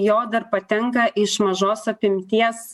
jo dar patenka iš mažos apimties